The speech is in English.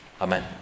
Amen